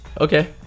Okay